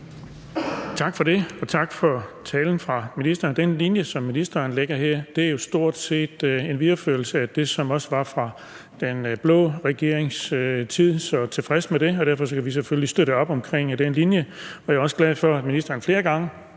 Tak for det, og tak for ministerens tale. Den linje, som ministeren lægger her, er jo stort set en videreførelse af det, som også var i den blå regerings tid, så det er jeg tilfreds med. Derfor kan vi selvfølgelig støtte op omkring den linje. Jeg er også glad for, at ministeren flere gange